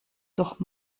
doch